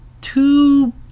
two